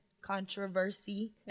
controversy